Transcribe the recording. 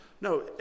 No